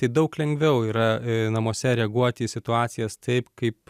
tai daug lengviau yra namuose reaguoti į situacijas taip kaip